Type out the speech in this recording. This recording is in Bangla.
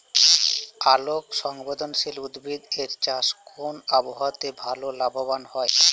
আলোক সংবেদশীল উদ্ভিদ এর চাষ কোন আবহাওয়াতে ভাল লাভবান হয়?